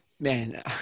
Man